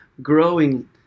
growing